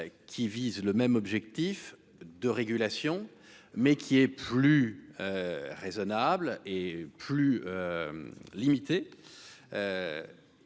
qui vise le même objectif de régulation mais qui est plus raisonnable et plus limité,